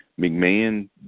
McMahon